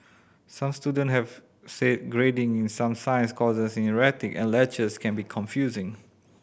some student have said grading in some science courses is erratic and lectures can be confusing